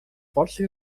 força